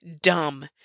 dumb